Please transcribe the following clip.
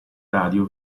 radio